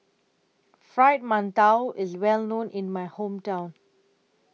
Fried mantou IS Well known in My Hometown